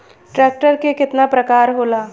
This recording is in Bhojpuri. ट्रैक्टर के केतना प्रकार होला?